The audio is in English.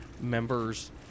members